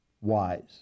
wise